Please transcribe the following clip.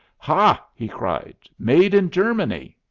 hah! he cried, made in germany!